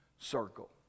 circle